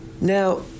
Now